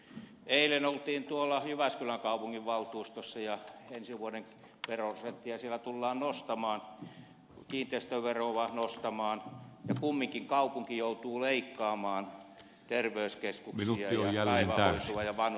eilen olimme jyväskylän kaupunginvaltuustossa ja ensi vuoden veroprosenttia tullaan siellä nostamaan kiinteistöveroa nostamaan ja kumminkin kaupunki joutuu leikkaamaan terveyskeskuksia ja päivähoitoa ja vanhustenhoitoa